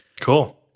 cool